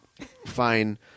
fine